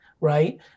right